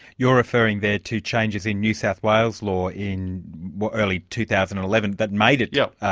you're referring there to changes in new south wales law in early two thousand and eleven that made it. yes,